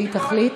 אתה לא מציע.